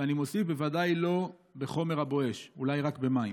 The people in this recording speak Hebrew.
ואני מוסיף, בוודאי לא בחומר הבואש, אולי רק במים.